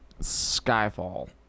Skyfall